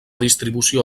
distribució